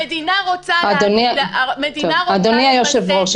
המדינה רוצה --- אדוני היושב-ראש,